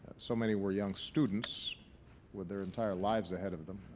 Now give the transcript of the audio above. so many were young students with their entire lives ahead of them.